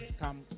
come